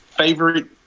favorite